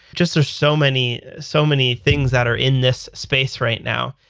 just there's so many so many things that are in this space right now.